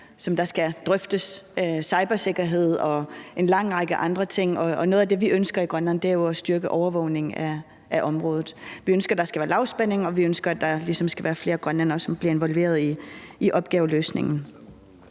som skal drøftes, nemlig cybersikkerhed og en lang række andre ting. Og noget af det, vi ønsker i Grønland, er jo at styrke overvågningen af området. Vi ønsker, at der skal være lavspænding, og vi ønsker, at der ligesom skal være flere grønlændere, som bliver involveret i opgaveløsningen.